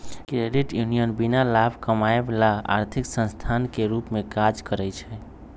credit union बीना लाभ कमायब ला आर्थिक संस्थान के रूप में काज़ करइ छै